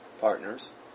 partners